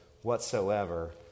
whatsoever